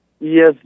yes